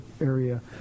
area